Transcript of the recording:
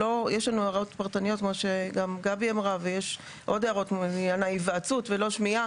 יש לנו גם הוראות פרטניות ויש עוד הערות לעניין ההיוועצות ולא שמיעה,